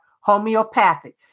homeopathic